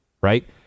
right